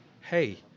hey